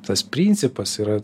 tas principas yra